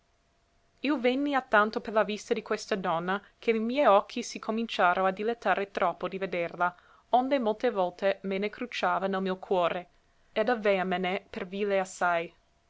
io venni a tanto per la vista di questa donna che li miei occhi si cominciaro a dilettare troppo di vederla onde molte volte me ne crucciava nel mio cuore ed avèamene per vile assai